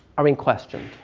are in question.